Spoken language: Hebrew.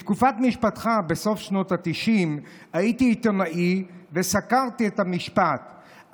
בתקופת משפטך בסוף שנות התשעים הייתי עיתונאי וסיקרתי את המשפט,